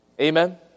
Amen